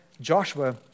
Joshua